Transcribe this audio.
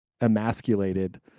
emasculated